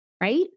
right